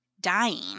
dying